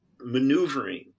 maneuvering